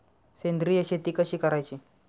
सेंद्रिय शेती कशी करायची?